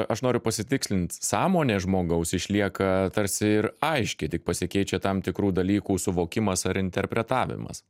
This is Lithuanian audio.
aš noriu pasitikslint sąmonė žmogaus išlieka tarsi ir aiški tik pasikeičia tam tikrų dalykų suvokimas ar interpretavimas